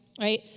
Right